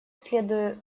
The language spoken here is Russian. следуя